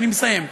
אני מסיים.